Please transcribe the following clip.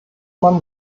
man